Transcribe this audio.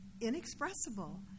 inexpressible